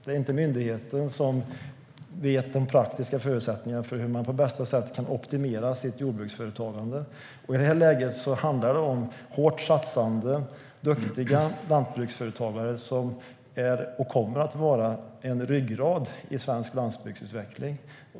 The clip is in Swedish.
Det är inte myndigheten som känner till de praktiska förutsättningarna för hur man på bästa sätt kan optimera sitt jordbruksföretagande. I det här läget handlar det om hårt satsande, duktiga lantbruksföretagare som är och kommer att vara en ryggrad i svensk landsbygdsutveckling.